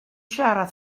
siarad